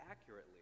accurately